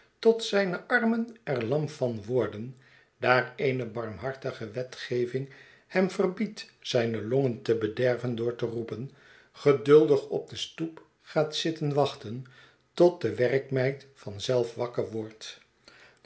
tot zijne arm en er lam van worden daar eene barmhartige wetgeving hem verbiedt zijne longen te bederven door te roepen geduldig op de stoep gaat zitten wachten tot de werkmeid van zelf wakker wordt